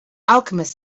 alchemist